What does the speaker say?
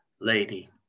lady